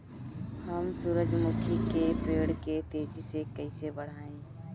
हम सुरुजमुखी के पेड़ के तेजी से कईसे बढ़ाई?